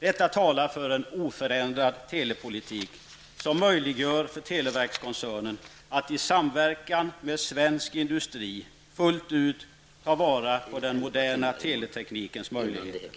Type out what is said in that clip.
Detta talar för en oförändrad telepolitik, som möjliggör för televerkskoncernen att i samverkan med svensk industri fullt ut ta vara på den moderna teleteknikens möjligheter.